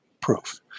proof